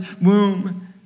womb